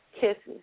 kisses